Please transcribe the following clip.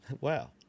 Wow